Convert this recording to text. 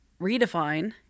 Redefine